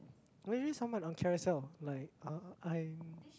maybe someone on carousell like uh I'm